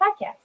Podcast